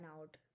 out